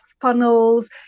funnels